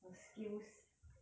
不会辜负你的